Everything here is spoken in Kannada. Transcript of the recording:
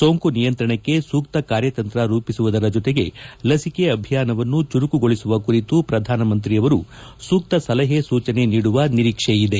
ಸೋಂಕು ನಿಯಂತ್ರಣಕ್ಕೆ ಸೂತ್ತ ಕಾರ್ಯತಂತ್ರ ರೂಪಿಸುವುದರ ಹೊತೆಗೆ ಲಸಿಕೆ ಅಭಿಯಾನವನ್ನು ಚುರುಕುಗೊಳಸುವ ಕುರಿತು ಪ್ರಧಾನಮಂತ್ರಿ ಸೂತ್ತ ಸಲಪೆ ಸೂಚನೆ ನೀಡುವ ನಿರೀಕ್ಷೆ ಇದೆ